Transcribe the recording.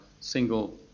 single